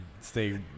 stay